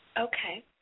Okay